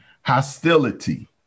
hostility